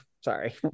Sorry